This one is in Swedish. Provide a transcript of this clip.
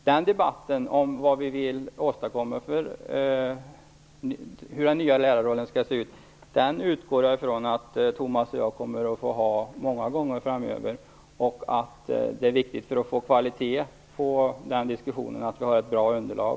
Jag utgår från att Tomas Högström och jag kommer att föra debatten om hur den nya lärarrollen skall se ut många gånger framöver, och för att få kvalitet på den diskussionen är det viktigt att vi har ett bra underlag.